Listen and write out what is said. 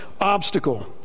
obstacle